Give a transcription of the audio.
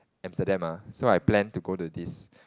Amsterdam ah so I plan to go to this